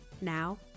now